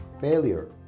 failure